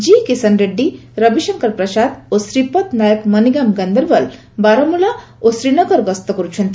G Kishan Reddy Ravi Shankar Prasad ଓ ଶ୍ରୀପଦ ନାୟକ ମନିଗାମ୍ଗନ୍ଦରବଲ ବାରମୂଳା ଓ ଶ୍ରୀନଗର ଗସ୍ତ କରୁଛନ୍ତି